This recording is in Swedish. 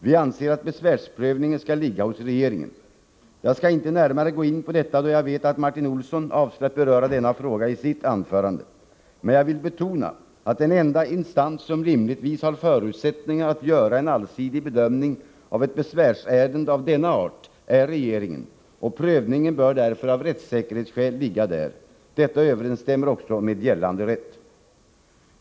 Vi anser att besvärsprövningen skall ligga hos regeringen. Jag skall inte närmare gå in på detta, då jag vet att Martin Olsson avser att beröra denna fråga i sitt anförande. Jag vill betona att den enda 97 instans som rimligtvis har förutsättningar att göra en allsidig bedömning av ett besvärsärende av denna art är regeringen. Prövningen bör därför av rättssäkerhetsskäl ligga där. Detta överensstämmer också med gällande rätt.